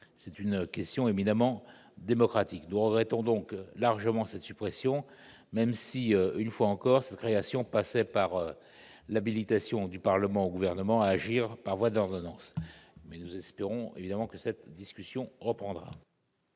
C'est une question éminemment démocratique. Nous regrettons donc largement cette suppression, même si, je le répète, cette création passait par l'habilitation du Parlement au Gouvernement à agir par voie d'ordonnance. Nous espérons évidemment que cette discussion reprendra.